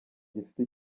gifite